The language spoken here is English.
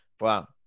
Wow